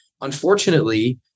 unfortunately